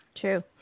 True